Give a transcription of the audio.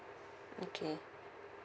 okay